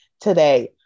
today